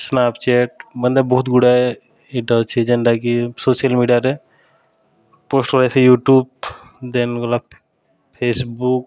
Snapchat ମାନେ ବହୁତ୍ ଗୁଡ଼ାଏ ଇଟା ଅଛେ ଯେନ୍ଟାକି ସୋସିଆଲ୍ ମିଡ଼ିଆରେ ପୋଷ୍ଟ୍ ଆଏସି ୟୁଟ୍ୟୁବ୍ ଦେନ୍ ଗଲା ଫେସ୍ବୁକ୍